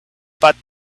but